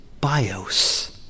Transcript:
bios